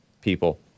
people